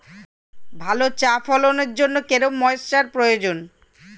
ভালো চা ফলনের জন্য কেরম ময়স্চার প্রয়োজন?